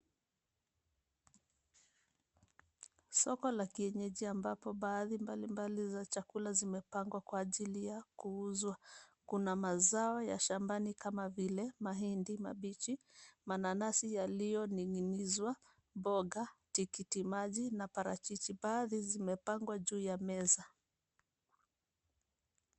Soko la kienyeji ambapo baadhi ya chakula mbalimbali zimepangwa kwa ajili ya kuuzwa. Kuna mazao ya shambani kama vili mahindi mabichi, mananasi yaliyoning'inizwa, boga, tikitimaji na parachichi, baadhi zimepangwa juu ya meza.